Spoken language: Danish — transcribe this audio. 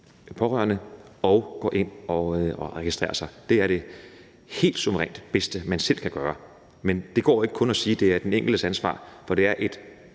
og venner og gå ind og registrere sig. Det er det suverænt bedste, man selv kan gøre. Men det går ikke kun at sige, at det er den enkeltes ansvar, for det her er